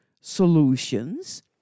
solutions